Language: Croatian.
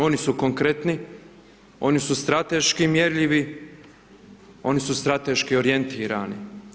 Oni su konkretni, oni su strateški mjerljivi, oni su strateški orijentirani.